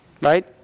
right